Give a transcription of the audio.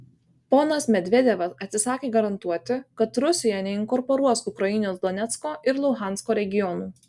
ponas medvedevas atsisakė garantuoti kad rusija neinkorporuos ukrainos donecko ir luhansko regionų